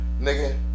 Nigga